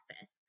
office